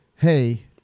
hey